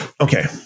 Okay